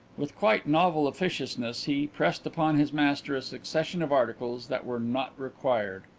with quite novel officiousness he pressed upon his master a succession of articles that were not required.